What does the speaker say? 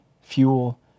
fuel